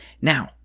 Now